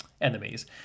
enemies